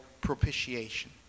propitiation